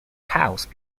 house